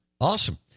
Awesome